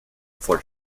for